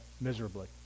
miserably